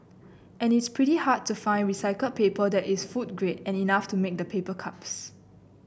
and it's pretty hard to find recycled paper that is food grade and enough to make the paper cups